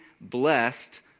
blessed